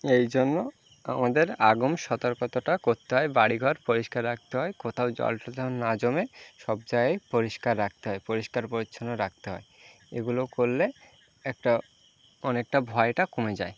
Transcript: এই জন্য আমাদের আগাম সতর্কতাটা করতে হয় বাড়িঘর পরিষ্কার রাখতে হয় কোথাও জল টল যেন না জমে সব জায়গায় পরিষ্কার রাখতে হয় পরিষ্কার পরিচ্ছন্ন রাখতে হয় এগুলো করলে একটা অনেকটা ভয়টা কমে যায়